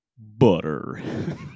butter